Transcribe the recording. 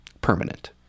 permanent